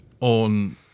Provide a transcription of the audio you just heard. on